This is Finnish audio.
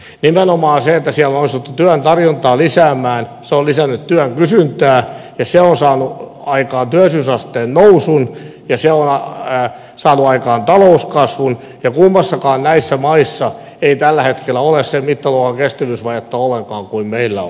nimenomaan se että siellä on onnistuttu työn tarjontaa lisäämään on lisännyt työn kysyntää ja se on saanut aikaan työllisyysasteen nousun ja se on saanut aikaan talouskasvun ja kummassakaan näissä maissa ei tällä hetkellä ole sen mittaluokan kestävyysvajetta ollenkaan kuin meillä on